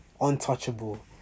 untouchable